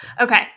okay